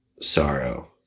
sorrow